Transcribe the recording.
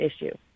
issue